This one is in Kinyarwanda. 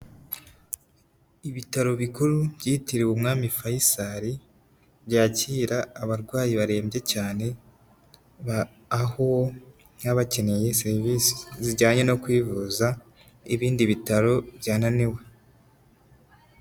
Ibitaro bikuru byitiriwe umwami Fayisari byakira abarwayi barembye cyane, aho baba bakeneye serivisi zijyanye no kwivuza, ibindi bitaro byananiwe.